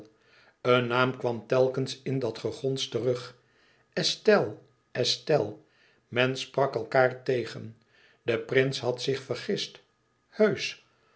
een naam kwam telkens in dat gegons terug estelle estelle men sprak elkaâr tegen de prins had zich vergist